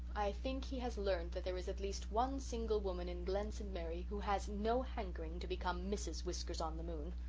i think he has learned that there is at least one single woman in glen st. mary who has no hankering to become mrs. whiskers-on-the-moon.